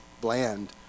bland